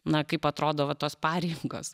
na kaip atrodo va tos pareigos